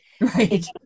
right